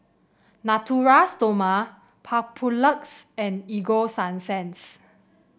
Natura Stoma Papulex and Ego Sunsense